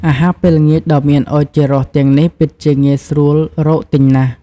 អាហារពេលល្ងាចដ៏មានឱជារសទាំងនេះពិតជាងាយស្រួលរកទិញណាស់។